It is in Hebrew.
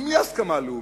עם מי הסכמה לאומית?